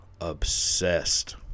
obsessed